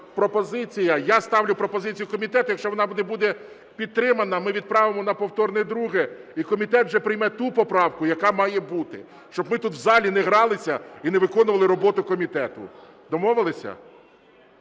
я ставлю пропозицію комітету, якщо вона не буде підтримана, ми відправимо на повторне друге і комітет вже прийме ту поправку, яка має бути, щоб ми тут в залі не гралися і не виконували роботу комітету. Домовились?